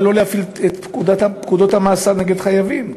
לא להפעיל את פקודות המאסר נגד חייבים,